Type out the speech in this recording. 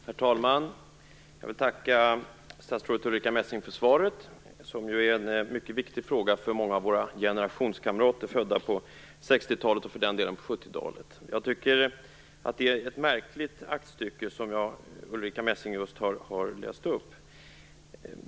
Herr talman! Jag vill tacka statsrådet Ulrica Messing för svaret. Det här är ju en mycket viktig fråga för många av våra generationskamrater födda på 1960-talet och för den delen även på 1970-talet. Jag tycker att det är ett märkligt aktstycke som Ulrica Messing just har läst upp.